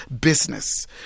business